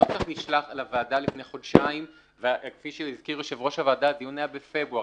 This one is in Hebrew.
הנוסח נשלח לפני חודשיים והדיון היה בפברואר,